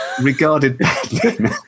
regarded